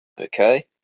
okay